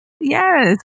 Yes